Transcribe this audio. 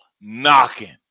knocking